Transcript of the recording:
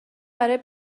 برای